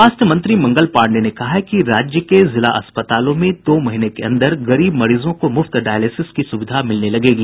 स्वास्थ्य मंत्री मंगल पांडेय ने कहा है कि राज्य के जिला अस्पतालों में दो महीने के अन्दर गरीब मरीजों को मुफ्त डायलिसिस की सुविधा मिलने लगेगी